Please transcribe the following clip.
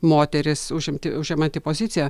moteris užimti užimanti poziciją